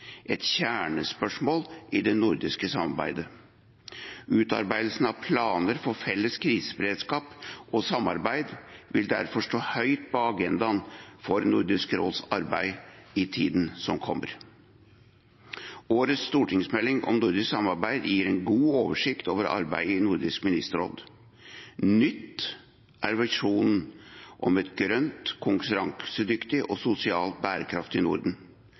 et kjernespørsmål i det nordiske samarbeidet. Utarbeidelsen av planer for en felles kriseberedskap og samarbeid vil derfor stå høyt på agendaen for Nordisk råds arbeid i tiden som kommer. Årets stortingsmelding om nordisk samarbeid gir en god oversikt over arbeidet i Nordisk ministerråd. Nytt er visjonen om et grønt, konkurransedyktig og sosialt bærekraftig Norden.